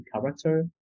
character